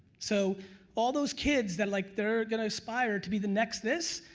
so all those kids that like they're gonna aspire to be the next this,